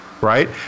right